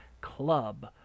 club